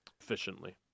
efficiently